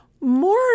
more